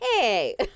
Hey